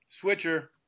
Switcher